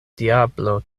diablo